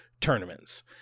tournaments